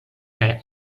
kaj